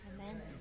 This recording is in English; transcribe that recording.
Amen